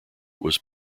was